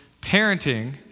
parenting